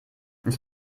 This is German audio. ich